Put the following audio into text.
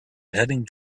heading